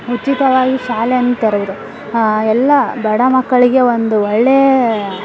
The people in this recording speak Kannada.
ಉಚಿತವಾಗಿ ಶಾಲೆಯನ್ನು ತೆರೆದರು ಎಲ್ಲ ಬಡ ಮಕ್ಕಳಿಗೆ ಒಂದು ಒಳ್ಳೆಯ